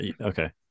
Okay